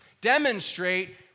demonstrate